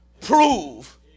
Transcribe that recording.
prove